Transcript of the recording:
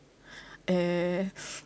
err